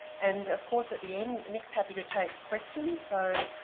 and, of course, at the end nick's happy to take questions so.